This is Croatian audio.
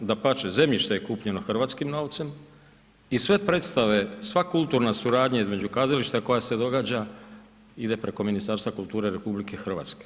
Dapače, zemljište je kupljeno hrvatskim novcem i sve predstave i sva kulturna suradnja između kazališta koja se događa ide preko Ministarstva kulture RH.